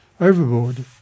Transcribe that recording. overboard